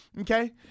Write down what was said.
Okay